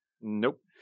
Nope